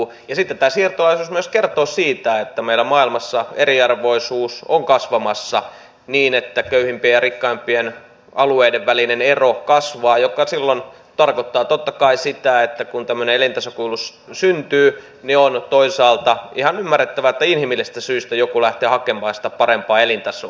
ja sitten tämä siirtolaisuus kertoo myös siitä että meidän maailmassa eriarvoisuus on kasvamassa niin että köyhimpien ja rikkaimpien alueiden välinen ero kasvaa mikä silloin tarkoittaa totta kai sitä että kun tämmöinen elintasokuilu syntyy niin on toisaalta ihan ymmärrettävää että inhimillisistä syistä joku lähtee hakemaan sitä parempaa elintasoa